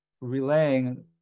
relaying